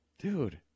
Dude